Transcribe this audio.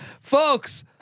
Folks